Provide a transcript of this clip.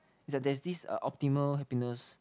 that there's this uh optimal happiness